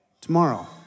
tomorrow